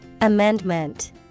Amendment